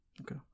Okay